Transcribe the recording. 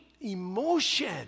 emotion